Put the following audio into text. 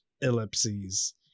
ellipses